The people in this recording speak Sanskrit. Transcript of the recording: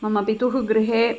मम पितुः गृहे